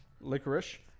licorice